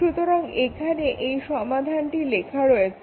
সুতরাং এখানে এই সমাধানটি লেখা রয়েছে